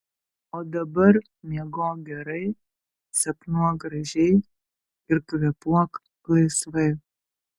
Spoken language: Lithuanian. o dabar miegok gerai sapnuok gražiai ir kvėpuok laisvai